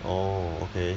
orh okay